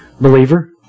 believer